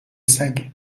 سگه